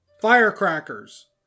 firecrackers